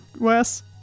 wes